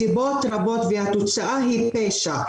סיבות רבות והתוצאה היא פשע,